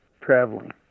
traveling